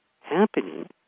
happening